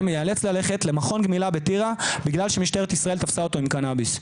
יאלץ ללכת למכון גמילה בטירה בגלל שמשטרת ישראל תפסה אותו עם קנאביס.